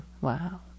Wow